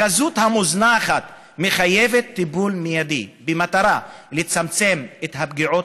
החזות המוזנחת מחייבת טיפול מיידי במטרה לצמצם את הפגיעות